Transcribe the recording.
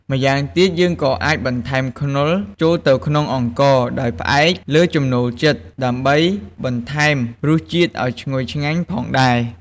ម្យ៉ាងទៀត យើងក៏អាចបន្ថែមខ្នុរចូលទៅក្នុងអង្ករដោយផ្អែកលើចំណូលចិត្ត ដើម្បីបន្ថែមរសជាតិឱ្យឈ្ងុយឆ្ងាញ់ផងដែរ។